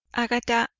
agatha,